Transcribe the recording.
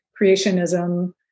creationism